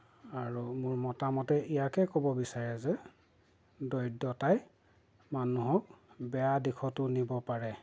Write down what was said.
আৰু মোৰ মতামতে ইয়াকে ক'ব বিচাৰে যে দৰিদ্ৰতাই মানুহক বেয়া দিশতো নিব পাৰে